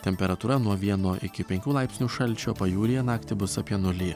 temperatūra nuo vieno iki penkių laipsnių šalčio pajūryje naktį bus apie nulį